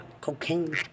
cocaine